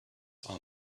are